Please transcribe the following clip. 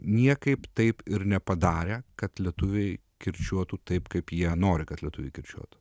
niekaip taip ir nepadarė kad lietuviai kirčiuotų taip kaip jie nori kad lietuviai kirčiuotų